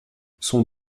son